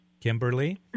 Kimberly